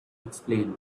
explain